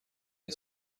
این